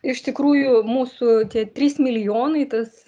iš tikrųjų mūsų tie trys milijonai tas